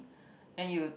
then you